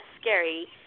scary